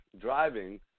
driving